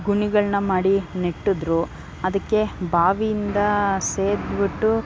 ಗುಣಿಗಳನ್ನ ಮಾಡಿ ನೆಟ್ಟಿದ್ರು ಅದಕ್ಕೆ ಬಾವಿಯಿಂದ ಸೇದ್ಬಿಟ್ಟು